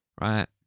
right